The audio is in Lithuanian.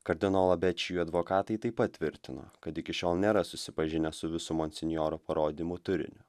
kardinolo bečiju advokatai taip pat tvirtino kad iki šiol nėra susipažinęs su visu monsinjoro parodymų turiniu